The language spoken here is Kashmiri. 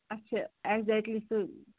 اچھا اٮ۪گزیکٹلی سُہ